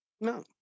No